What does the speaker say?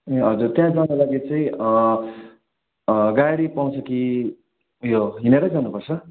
ए हजुर त्यहाँ जान लागि चाहिँ गाडी पाउँछ कि यो हिँडेरै जानुपर्छ